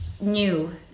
new